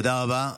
תודה רבה.